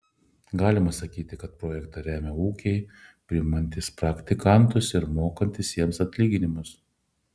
galima sakyti kad projektą remia ūkiai priimantys praktikantus ir mokantys jiems atlyginimus